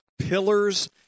pillars